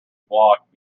block